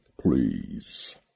Please